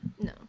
no